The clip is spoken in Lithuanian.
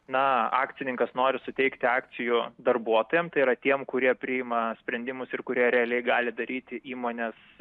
na akcininkas nori suteikti akcijų darbuotojam tai yra tiem kurie priima sprendimus ir kurie realiai gali daryti įmonės